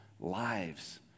lives